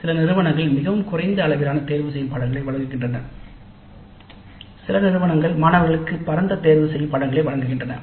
சில நிறுவனங்கள் மிகவும் குறைந்த அளவிலான தேர்தல்களை வழங்குகின்றன சில நிறுவனங்கள் மாணவர்களுக்கு பரந்த தேர்வை வழங்குகின்றன